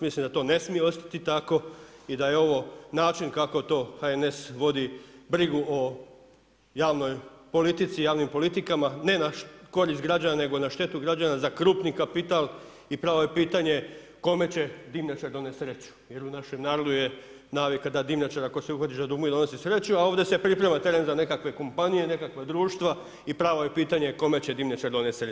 Mislim da to ne smije ostati tako i da je ovo način kako to HNS vodi brigu o javnoj politici, javnim politikama, ne na korist građana nego na štetu građana za krupni kapital i pravo je pitanje kome će dimnjačar donesti sreću jer u našem narodu je navika da dimnjačar ako se uhvatiš za dugme, donosi sreću a ovdje se priprema teren za nekakve kompanije, nekakva društva i pravo je pitanje kome će dimnjačar donijeti sreću.